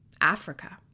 Africa